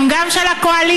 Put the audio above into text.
הם גם של הקואליציה.